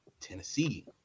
Tennessee